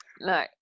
no